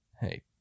Hey